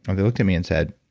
um they looked at me and said,